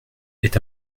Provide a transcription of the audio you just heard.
est